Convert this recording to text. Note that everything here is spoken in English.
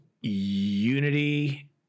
Unity